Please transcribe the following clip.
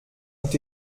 ont